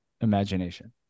imagination